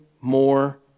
more